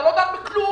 שאתה לא דן בכלום.